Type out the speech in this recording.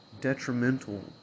detrimental